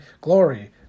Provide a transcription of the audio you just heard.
Glory